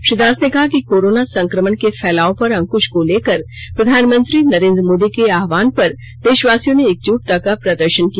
श्री दास ने कहा कि कोरोना संकमण के फैलाव पर अंकुष को लेकर प्रधानमंत्री नरेंद्र मोदी के आहवान पर देषवासियों ने एकजुटता का प्रदर्षन किया